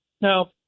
Now